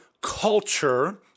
culture